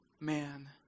man